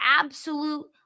absolute